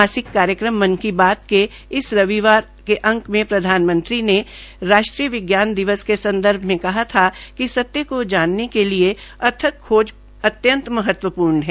मासिक कार्यक्रम मन की बात में इस रविवार प्रधानमंत्री ने राष्ट्रीय विज्ञान दिवस के संदर्भ में कहा था कि सत्य को जानने के लिये खोज अत्यन्त महत्वपूर्ण है